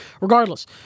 regardless